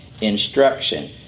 instruction